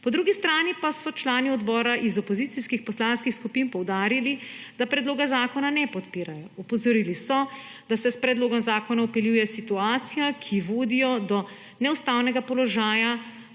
Po drugi strani pa so člani odbora iz opozicijskih poslanskih skupin poudarili, da predloga zakona ne podpirajo. Opozorili so, da se s predlogom zakona vpeljuje situacija, ki vodi do neustavnega položaja,